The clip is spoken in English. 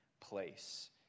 place